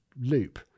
loop